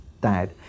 dad